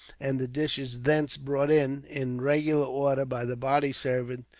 and the dishes thence brought in, in regular order, by the body servant,